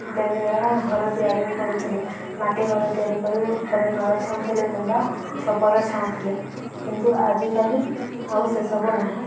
ତାଦ୍ୱାରା ଘର ତିଆରି କରୁଥିଲେ ମାଟି ଘର ତିଆରି କରି ଉପରେ ନଳ ଛାଉଁଥିଲେ କିମ୍ବା ଛପର ଛାଉଁଥିଲେ କିନ୍ତୁ ଆଜିକାଲି ଆଉ ସେସବୁ ନାହିଁ